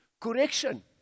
correction